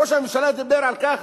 ראש הממשלה דיבר על כך